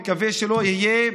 אני מקווה שלא יהיה,